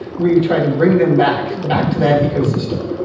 we try to bring them back, back to that ecosystem.